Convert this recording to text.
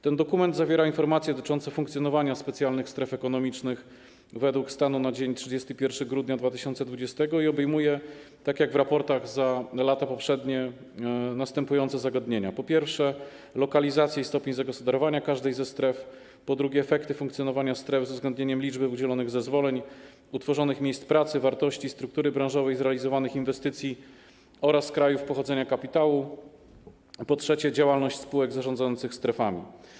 Ten dokument zawiera informacje dotyczące funkcjonowania specjalnych stref ekonomicznych według stanu na dzień 31 grudnia 2020 i obejmuje, tak jak w raportach za lata poprzednie, następujące zagadnienia: po pierwsze, lokalizację i stopień zagospodarowania każdej ze stref; po drugie, efekty funkcjonowania stref z uwzględnieniem liczby udzielonych zezwoleń, utworzonych miejsc pracy, wartości, struktury branżowej, zrealizowanych inwestycji oraz krajów pochodzenia kapitału; po trzecie, działalność spółek zarządzających strefami.